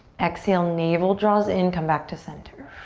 exhale, navel draws in, come back to center.